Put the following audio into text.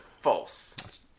false